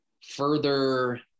further